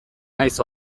naiz